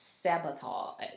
Sabotage